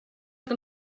que